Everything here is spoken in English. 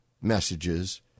messages